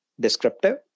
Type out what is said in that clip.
descriptive